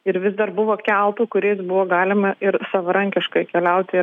ir vis dar buvo keltų kuriais buvo galima ir savarankiškai keliauti